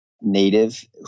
native